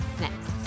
next